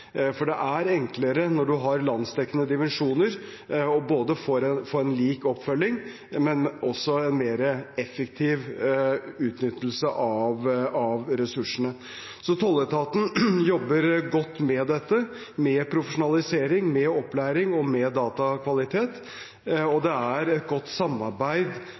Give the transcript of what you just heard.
Når man har landsdekkende divisjoner, er det enklere både å få en lik oppfølging og en mer effektiv utnyttelse av ressursene. Så tolletaten jobber godt med dette – med profesjonalisering, med opplæring og med datakvalitet – og det er et godt samarbeid